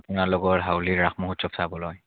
আপোনালোকৰ হাউলিৰ ৰাস মহোৎসৱ চাবলৈ